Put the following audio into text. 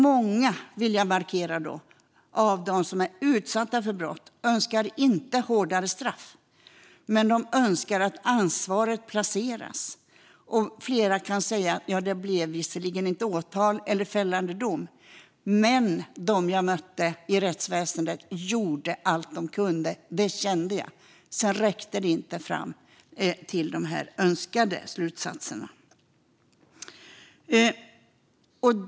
Många, vill jag markera, av dem som är utsatta för brott önskar inte hårdare straff utan att ansvaret placeras och att fler av dem kan säga: Ja, det blev visserligen inte åtal eller fällande dom, men de jag mötte i rättsväsendet gjorde allt de kunde - det kände jag - även om det inte räckte fram till de önskade slutsatserna.